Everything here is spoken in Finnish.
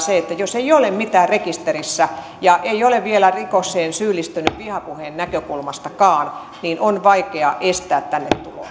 että jos ei ole mitään rekisterissä ja ei ole vielä rikokseen syyllistynyt vihapuheen näkökulmastakaan niin on vaikea estää tänne tuloa